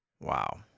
wow